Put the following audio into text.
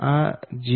આ 0